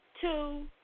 two